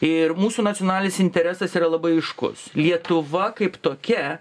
ir mūsų nacionalinis interesas yra labai aiškus lietuva kaip tokia